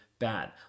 Bad